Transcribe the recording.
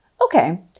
okay